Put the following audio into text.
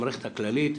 המערכת הכללית,